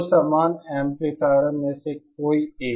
दो समान एम्पलीफायरों में से कोई एक